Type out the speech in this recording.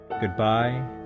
Goodbye